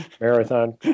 marathon